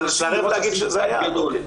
אתה מסרב להגיד שזה היעד.